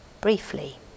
briefly